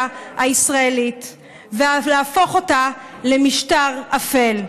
הישראלית ואף להפוך אותה למשטר אפל.